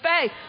faith